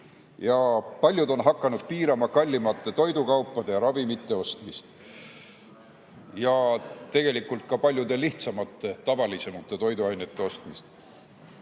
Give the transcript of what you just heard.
ja paljud on hakanud piirama kallimate toidukaupade ja ravimite ostmist, tegelikult ka paljude lihtsamate, tavalisemate toiduainete ostmist.